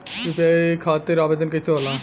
UPI खातिर आवेदन कैसे होला?